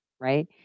right